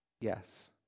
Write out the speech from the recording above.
Yes